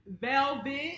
Velvet